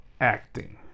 acting